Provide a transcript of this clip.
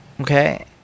okay